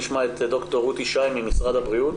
ד"ר רותי שי ממשרד הבריאות,